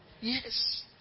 Yes